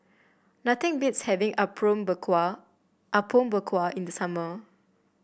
nothing beats having berkuah Apom Berkuah in the summer